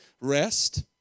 rest